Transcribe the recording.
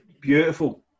Beautiful